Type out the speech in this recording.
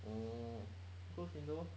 ugh close window